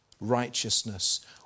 righteousness